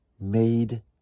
made